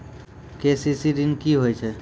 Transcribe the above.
KCC ॠन की होय छै?